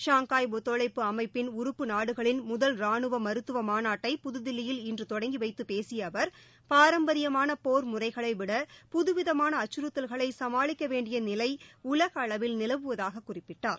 Shanghai ஒத்துழைப்பு அமைப்பின் உறுப்பு நாடுகளின் முதல் ரானுவ மருத்துவ மாநாட்டை புதுதில்லியில் இன்று தொடங்கி வைத்து பேசிய அவர் பாரம்பரியமான போர் முறைகளைவிட புதுவிதமான அச்சுறுத்தல்களை சமாளிக்க வேண்டிய நிலை உலக அளவில் நிலவுவதாகக் குறிப்பிட்டார்